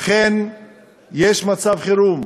אכן יש מצב חירום.